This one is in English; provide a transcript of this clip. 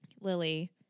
Lily